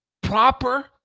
proper